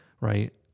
right